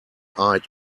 eyed